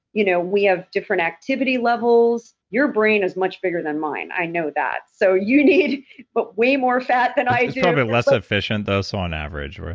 you know we have different activity levels. your brain is much bigger than mine, i know that. so you need but way more fat than i do it's probably less efficient, though, so on average we're.